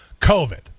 COVID